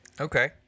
Okay